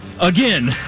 Again